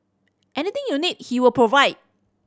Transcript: anything you need he will provide